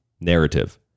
narrative